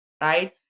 right